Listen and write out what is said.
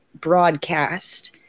broadcast